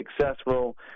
successful